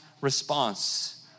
response